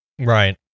Right